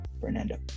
fernando